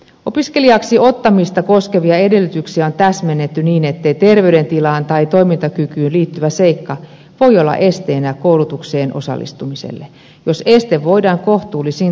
opiskelijaksi ottamista koskevia edellytyksiä on täsmennetty niin ettei terveydentilaan tai toimintakykyyn liittyvä seikka voi olla esteenä koulutukseen osallistumiselle jos este voidaan kohtuullisin toimin poistaa